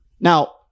Now